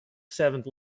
seventh